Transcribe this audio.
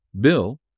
Bill